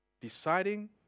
deciding